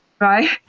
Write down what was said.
right